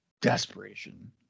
desperation